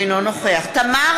אינו נוכח תמר